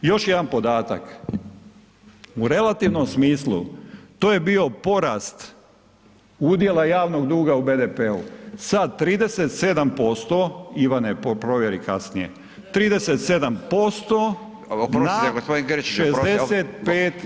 Još jedan podatak u relativnom smislu to je bio porast udjela javnog duga u BDP-u sa 37%, Ivane provjeri kasnije, 37% na [[Upadica: Oprostite gospodin Grčić, oprostite.]] na 65,3%